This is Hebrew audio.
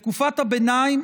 בתקופת הביניים,